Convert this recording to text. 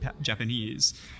Japanese